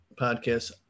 podcast